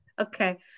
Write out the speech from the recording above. okay